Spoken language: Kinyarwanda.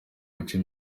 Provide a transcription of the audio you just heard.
bice